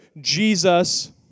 Jesus